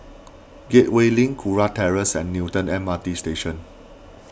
Gateway Link Kurau Terrace and Newton M R T Station